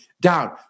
down